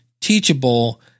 Teachable